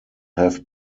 have